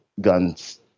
guns